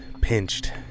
pinched